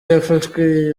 yafashwe